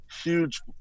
huge